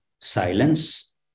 silence